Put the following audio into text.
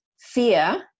fear